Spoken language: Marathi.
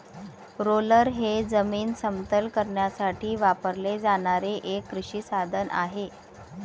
रोलर हे जमीन समतल करण्यासाठी वापरले जाणारे एक कृषी साधन आहे